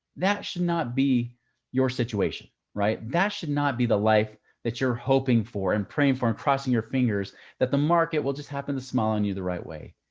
that should not be your situation, right? that should not be the life that you're hoping for and praying for and crossing your fingers that the market will just happen to smell on you the right way.